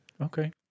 okay